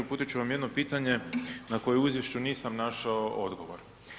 Uputit ću vam jedno pitanje na koje u izvješću nisam našao odgovor.